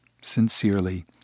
Sincerely